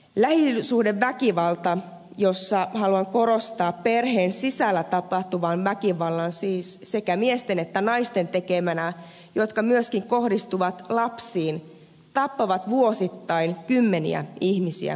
lähisuhdeväkivalta jossa haluan korostaa perheen sisällä tapahtuvaa väkivaltaa siis sekä miesten että naisten tekemänä joka myöskin kohdistuu lapsiin tappaa vuosittain kymmeniä ihmisiä suomessa